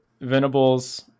Venables